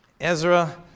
Ezra